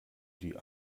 die